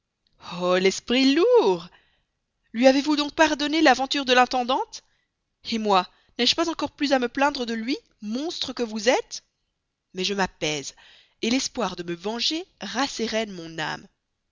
oh l'esprit lourd lui avez-vous donc pardonné l'aventure de l'intendante et moi n'ai-je pas encore plus à me plaindre de lui monstre que vous êtes mais je m'apaise et l'espoir de me venger rassérène mon âme